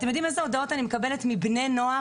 האם אתם יודעים איזה הודעות אני מקבלת מבני נוער?